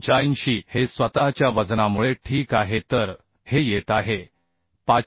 85 हे स्वतःच्या वजनामुळे ठीक आहे तर हे येत आहे 527